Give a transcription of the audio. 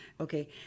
okay